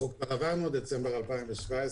כבר עברנו את דצמבר 2017,